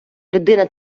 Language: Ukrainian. людина